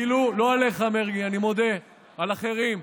לא עליך, מרגי, אני מודה, על אחרים,